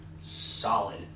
solid